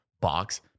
box